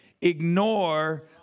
ignore